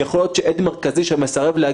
לילך אמרה שיש כאלה שחושבים בדיוק הפוך.